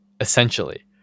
essentially